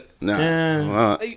No